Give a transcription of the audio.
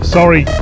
Sorry